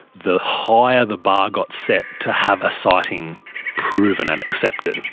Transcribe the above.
the higher the bar got set to have a sighting proven and accepted.